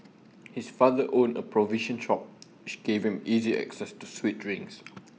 his father owned A provision shop which gave him easy access to sweet drinks